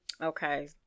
Okay